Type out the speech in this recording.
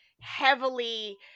heavily